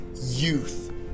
youth